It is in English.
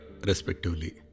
respectively